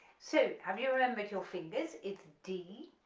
so have you remembered your fingers, it's d,